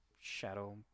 Shadow